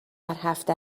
هفته